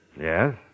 Yes